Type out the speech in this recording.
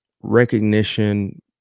recognition